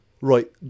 Right